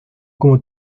como